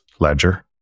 Ledger